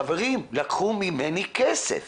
חברים, לקחו ממני כסף